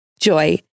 Joy